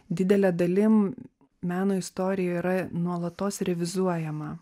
didele dalim meno istorija yra nuolatos revizuojama